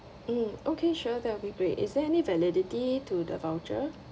mm okay sure that will be great is there any validity to the voucher